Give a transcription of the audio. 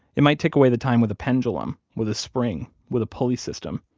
it might tick away the time with a pendulum, with a spring, with a pulley system.